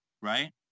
right